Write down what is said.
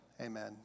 amen